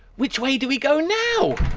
which way do we go now? oh,